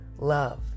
love